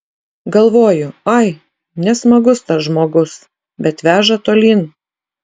galvoju ai nesmagus tas žmogus bet veža tolyn